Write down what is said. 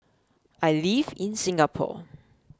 I live in Singapore